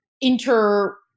inter-